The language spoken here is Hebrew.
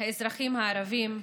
האזרחים הערבים,